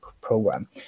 program